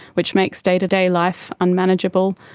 which makes day-to-day life unmanageable.